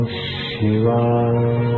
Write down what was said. Shiva